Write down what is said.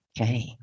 Okay